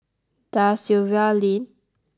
Da Silva Lane